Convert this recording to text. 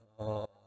oh